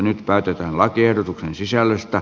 nyt päätetään lakiehdotuksen sisällöstä